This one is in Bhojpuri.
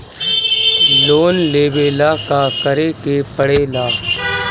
लोन लेबे ला का करे के पड़े ला?